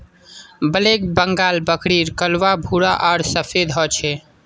black Bengal बकरीर कलवा भूरा आर सफेद ह छे